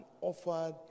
offered